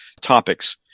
topics